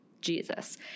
Jesus